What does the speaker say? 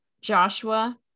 Joshua